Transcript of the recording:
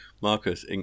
Marcus